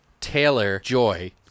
Taylor-Joy